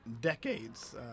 decades